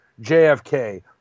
JFK